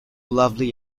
lovely